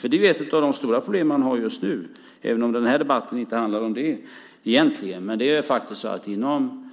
Spekulation är ett av de stora problemen just nu, även om den här debatten egentligen inte handlar om det. Men inom